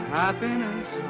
happiness